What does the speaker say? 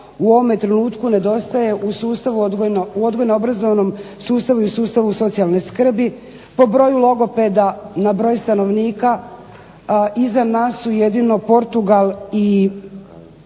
u ovome trenutku nedostaje u odgojno-obrazovnom sustavu i sustavu socijalne skrbi. Po broju logopeda na broj stanovnika iza nas su jedino Portugal i